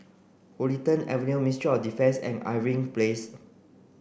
Huddington Avenue Ministry of Defence and Irving Place